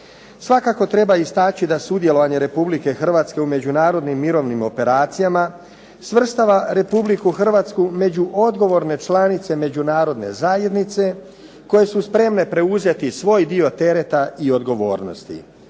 Svakako treba istaći da sudjelovanje Republike Hrvatske u međunarodnim mirovnim operacijama svrstava Republiku Hrvatsku među odgovorne članice Međunarodne zajednice koje su spremne preuzeti svoj dio tereta i odgovornosti.